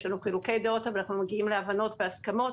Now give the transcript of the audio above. יש לנו חילוקי דעות אבל אנחנו מגיעים להבנות והסכמות.